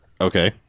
Okay